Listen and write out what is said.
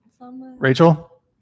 Rachel